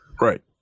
Right